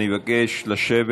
אני מבקש לשבת.